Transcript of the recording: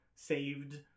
saved